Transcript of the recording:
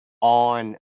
on